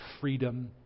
freedom